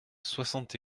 soixante